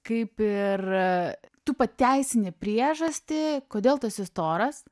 kaip ir tu pateisini priežastį kodėl tu esi storas